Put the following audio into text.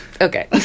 Okay